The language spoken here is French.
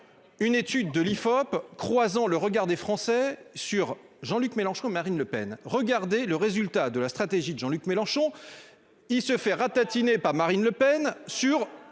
Une étude de l'IFOP croisant le regard des Français sur Jean-Luc Mélenchon, Marine Le Pen, regardez le résultat de la stratégie de Jean-Luc Mélenchon. Il se fait ratatiner par Marine Le Pen sur.